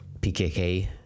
pkk